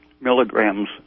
milligrams